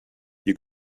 you